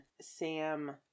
Sam